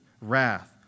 wrath